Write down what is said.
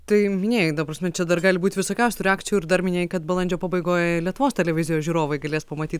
tai minėjai ta prasme čia dar gali būt visokiausių reakcijų ir dar minėjai kad balandžio pabaigoj lietuvos televizijos žiūrovai galės pamatyt